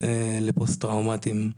לפוסט טראומטיים.